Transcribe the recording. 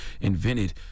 invented